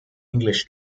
english